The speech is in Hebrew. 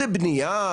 לבנייה,